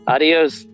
Adios